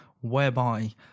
whereby